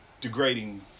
degrading